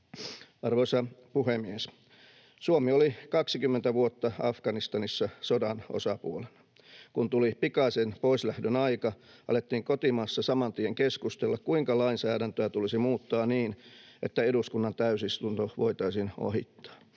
Arvoisa puhemies! Suomi oli kaksikymmentä vuotta Afganistanissa sodan osapuolena. Kun tuli pikaisen poislähdön aika, alettiin kotimaassa saman tien keskustella, kuinka lainsäädäntöä tulisi muuttaa niin, että eduskunnan täysistunto voitaisiin ohittaa.